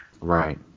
right